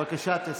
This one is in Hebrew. בבקשה, תסיים.